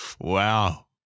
Wow